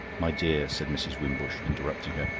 my dear, said mrs. wimbush, interrupting her,